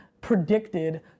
predicted